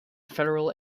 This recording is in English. federal